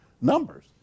numbers